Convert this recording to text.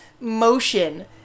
motion